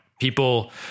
people